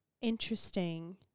interesting